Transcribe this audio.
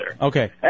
Okay